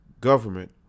government